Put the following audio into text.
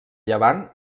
llevant